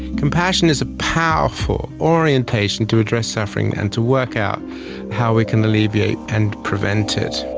compassion is a powerful orientation to address suffering and to work out how we can alleviate and prevent it.